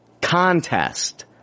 contest